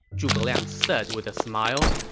zhuge liang said with a smile.